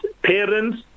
Parents